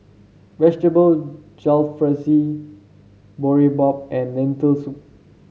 Vegetable Jalfrezi Boribap and Lentil Soup